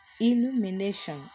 illumination